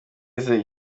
agize